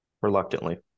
Reluctantly